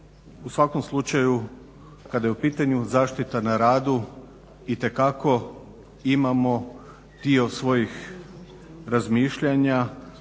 u svakom slučaju kada je u pitanju zaštita na radu itekako imamo dio svojih razmišljanja,